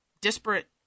disparate